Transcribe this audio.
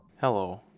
Hello